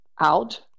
out